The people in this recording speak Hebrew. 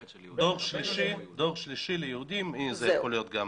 דור שלישי ליהודים, זה יכול להיות גם נכד.